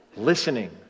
listening